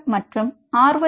R மற்றும் R